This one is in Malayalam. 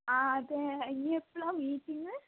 ആ അതെ ഇനി എപ്പോഴാണ് മീറ്റിങ്